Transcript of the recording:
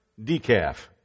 decaf